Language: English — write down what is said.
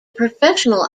professional